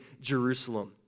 Jerusalem